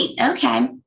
Okay